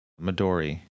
Midori